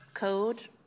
Code